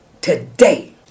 today